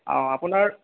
অঁ আপোনাৰ